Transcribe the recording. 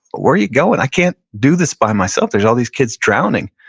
where are you going? i can't do this by myself. there's all these kids drowning.